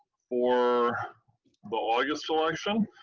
for the august election.